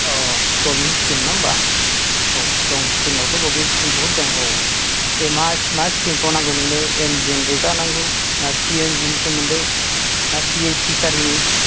औ government scheme नङा होम्बा औ दं जोंनावथ' गभमेन्ट स्किम बहुथ दं दे मा स्किमखौ नांगौ नोंनो एम जि एन रेगा नांगौ ना पि एम जिनि सोमोन्दै ना पि ए फिचारिनि दे